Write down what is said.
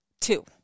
two